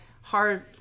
hard